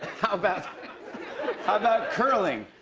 how about how about curling?